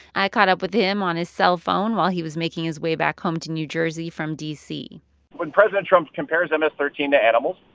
i caught up with him on his cellphone while he was making his way back home to new jersey from d c when president trump compares ms ah thirteen to animals,